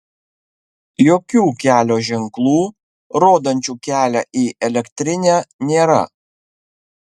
jokių kelio ženklų rodančių kelią į elektrinę nėra